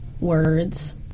words